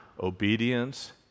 obedience